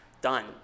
done